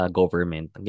government